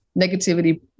negativity